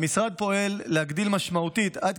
המשרד פועל להגדיל משמעותית את המספרים,